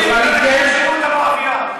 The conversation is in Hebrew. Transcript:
מה קורה עם הרב קרליץ,